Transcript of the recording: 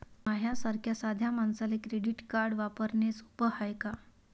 माह्या सारख्या साध्या मानसाले क्रेडिट कार्ड वापरने सोपं हाय का?